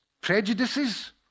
prejudices